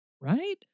right